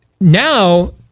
now